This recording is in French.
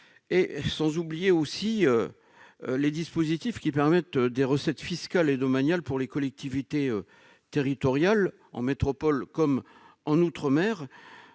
ainsi que les dispositifs permettant de dégager des recettes fiscales et domaniales pour les collectivités territoriales, en métropole comme en outre-mer,